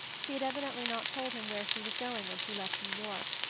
she had evidently not told him where she was going when she left new york,